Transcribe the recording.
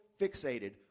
fixated